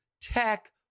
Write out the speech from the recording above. tech